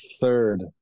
third